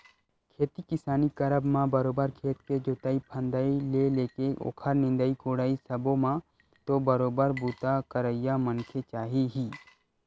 खेती किसानी करब म बरोबर खेत के जोंतई फंदई ले लेके ओखर निंदई कोड़ई सब्बो म तो बरोबर बूता करइया मनखे चाही ही